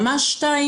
השווים.